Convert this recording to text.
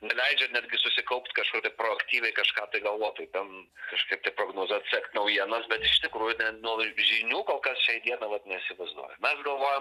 neleidžia netgi susikaupt kažkaip tai proaktyviai kažką tai galvot tai ten kažkaip tai prognozuot sekt naujienas bet iš tikrųjų ten nuo žinių kol kas šiai dienai vat neįsivaizduojam mes galvojam